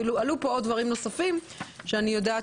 עלו כאן עוד דברים נוספים שאני יודעת